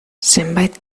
zenbait